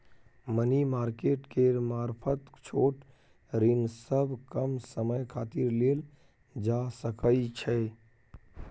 money market केर मारफत छोट ऋण सब कम समय खातिर लेल जा सकइ छै